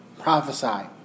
prophesy